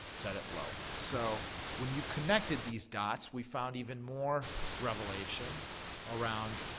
set it low. so when you connected these dots, we found even more revelation around